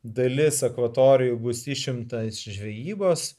dalis akvatorijų bus išimta žvejybos